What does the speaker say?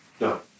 No